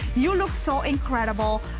you look so incredible.